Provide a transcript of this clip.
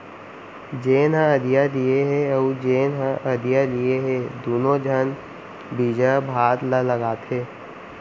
जेन ह अधिया दिये हे अउ जेन ह अधिया लिये हे दुनों झन बिजहा भात ल लगाथें